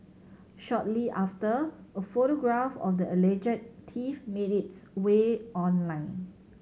shortly after a photograph of the alleged thief made its way online